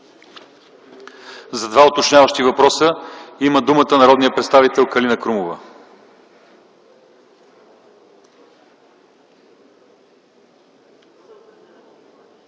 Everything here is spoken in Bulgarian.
За два уточняващи въпроса има думата народният представител Калина Крумова.